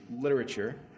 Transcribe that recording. literature